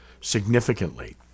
significantly